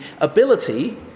ability